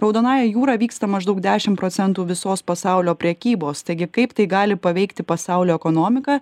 raudonąja jūra vyksta maždaug dešimt procentų visos pasaulio prekybos taigi kaip tai gali paveikti pasaulio ekonomiką